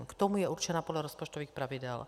K tomu je určena podle rozpočtových pravidel.